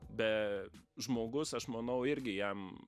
be žmogus aš manau irgi jam